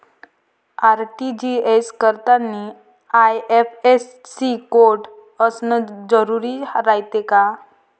RTGS करतांनी IFSC code असन जरुरी रायते का?